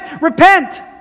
Repent